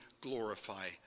glorify